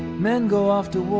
men go off to war,